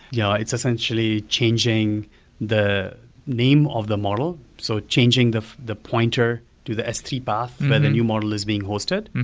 yeah it's essentially changing the name of the model, so changing the the pointer to the s three path where the new model is being hosted.